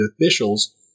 officials